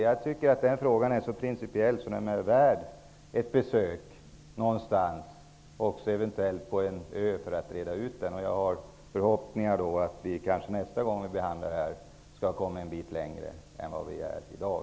Jag tycker att den frågan är så principiell att den är värd ett besök någonstans, eventuellt på en ö, för att reda ut den. Jag har förhoppningar om att vi nästa gång vi behandlar den här frågan skall ha kommit en bit längre än vi är i dag.